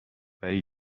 ولی